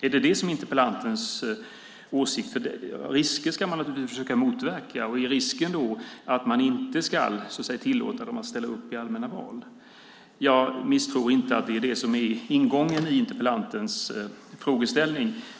Är det detta som är interpellantens åsikt? Risker ska man naturligtvis försöka motverka. Är risken sådan att man inte ska tillåta dem att ställa upp i allmänna val? Jag misstror inte att det är det som är ingången i interpellantens frågeställning.